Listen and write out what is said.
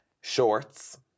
shorts